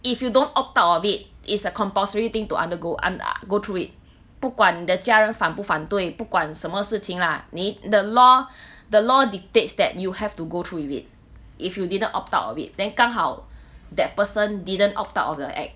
if you don't opt out of it is a compulsory thing to undergo unde~ go through it 不管你的家人反不反对不管什么事情啦你 the law the law dictates that you have to go through with it if you didn't opt out of it then 刚好 that person didn't opt out of the act